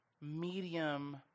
medium